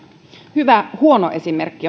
hyvä huono esimerkki